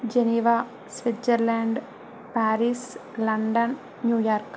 Geneva Switzerland Paris London New York